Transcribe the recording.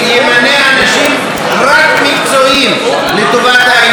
רק אנשים מקצועיים לטובת העניין הזה.